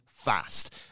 Fast